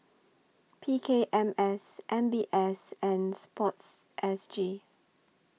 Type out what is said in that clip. P K M S M B S and Sports S G